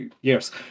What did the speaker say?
Years